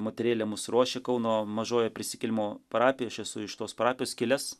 moterėlė mus ruošė kauno mažojoj prisikėlimo parapijoj aš esu iš tos parapijos kilęs